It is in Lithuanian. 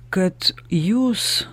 kad jūs